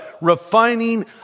refining